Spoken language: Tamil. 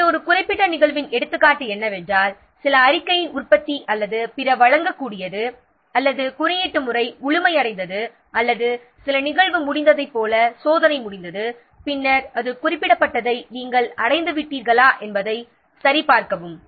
எனவே ஒரு குறிப்பிட்ட நிகழ்வின் எடுத்துக்காட்டு என்னவென்றால் சில அறிக்கையின் உற்பத்தி அல்லது பிற வழங்கக்கூடியது அல்லது குறியீட்டு முறை முழுமையடைந்தது அல்லது சில நிகழ்வு முடிந்ததைப் போல சோதனை முடிந்தது பின்னர் அது குறிப்பிடப்பட்டதை நாம் அடைந்துவிட்டோமா என்பதை சரிபார்க்கவும்